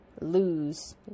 lose